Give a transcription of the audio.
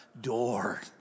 door